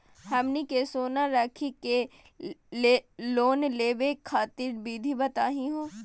हमनी के सोना रखी के लोन लेवे खातीर विधि बताही हो?